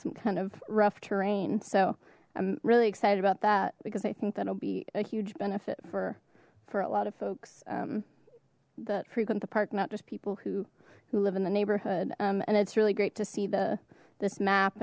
some kind of rough terrain so i'm really excited about that because i think that'll be a huge benefit for for a lot of folks that frequent the park not just people who who live in the neighborhood and it's really great to see the this map